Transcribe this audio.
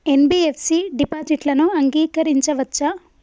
NBFC డిపాజిట్లను అంగీకరించవచ్చా?